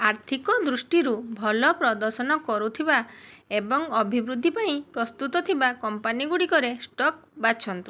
ଆର୍ଥିକ ଦୃଷ୍ଟିରୁ ଭଲ ପ୍ରଦର୍ଶନ କରୁଥିବା ଏବଂ ଅଭିବୃଦ୍ଧି ପାଇଁ ପ୍ରସ୍ତୁତ ଥିବା କମ୍ପାନୀଗୁଡ଼ିକରେ ଷ୍ଟକ୍ ବାଛନ୍ତୁ